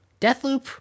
Deathloop